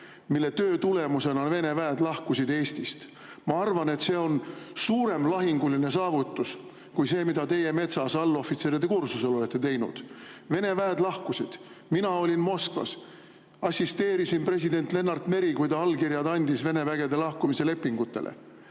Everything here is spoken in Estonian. mille töö tulemusena Vene väed lahkusid Eestist. Ma arvan, et see on suurem lahinguline saavutus kui see, mida teie metsas allohvitseride kursusel olete teinud. Vene väed lahkusid. Mina olin Moskvas. Assisteerisin president Lennart Meri, kui ta allkirjad andis Vene vägede lahkumise lepingutele.